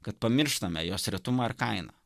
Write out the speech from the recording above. kad pamirštame jos retumą ir kainą